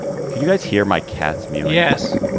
can you guys hear my cat's meow? yes,